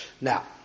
Now